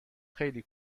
خیلی